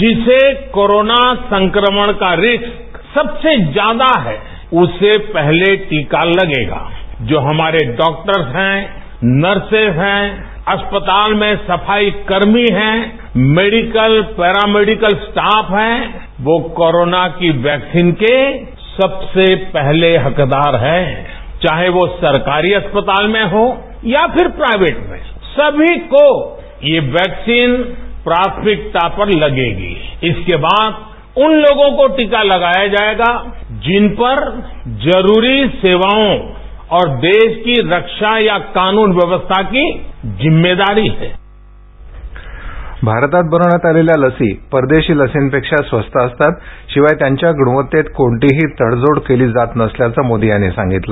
जिसे कोरोना संक्रमण का रिस्की सबसे ज्यादा है उसे पहले टीका लगेगा जो हमारे डाक्टणर्स हैं नर्सिस हैं अस्पमताल में सफाई कर्मी हैं मेडिकल पेरामैडिकल स्टॉरफ हैं वो कोरोना की वैक्सी न के सबसे पहले हकदार हैं चाहे वो सरकारी अस्प ताल में हो या फिर प्राइवेट में सभी को ये वैक्सीकन प्राथमिकता पर लगेगी इसके बाद उन लोगों को टीका लगाया जाएगा जिन पर जरूरी सेवाओं और देश की रक्षा या कानून व्यसवस्थास की जिम्मेदारी है भारतात बनवण्यात आलेल्या लसी परदेशी लसीपेक्षा स्वस्त असतात शिवाय त्यांच्या गुणवत्तेत कोणतीही तडजोड केली जात नसल्याचं मोदी यांनी सांगितलं